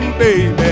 baby